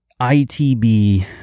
ITB